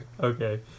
Okay